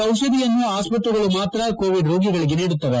ಟಿಷಧಿಯನ್ನು ಆಸ್ತತೆಗಳು ಮಾತ್ರ ಕೋವಿಡ್ ರೋಗಿಗಳಿಗೆ ನೀಡುತ್ತವೆ